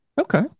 Okay